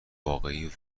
واقعی